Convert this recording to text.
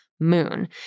moon